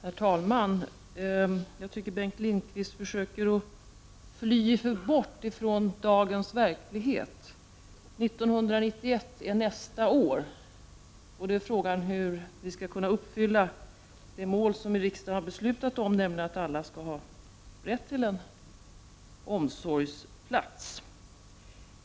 Herr talman! Jag tycker att Bengt Lindqvist försöker fly bort från dagens verklighet. 1991 är nästa år, och det är fråga om hur det mål som riksdagen har beslutat om, att alla barn skall ha rätt till en omsorgsplats, skall kunna uppnås.